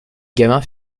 gamin